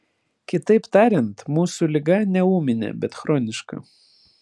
kitaip tariant mūsų liga ne ūminė bet chroniška